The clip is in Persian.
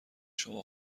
شما